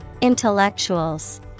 Intellectuals